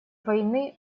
войны